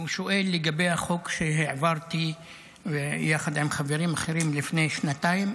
והוא שואל לגבי החוק שהעברתי יחד עם חברים אחרים לפני שנתיים,